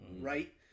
Right